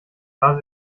sah